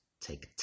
take